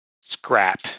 scrap